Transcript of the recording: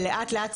ולאט לאט,